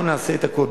אנחנו נעשה את הכול.